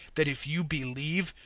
that if you believe,